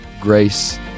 grace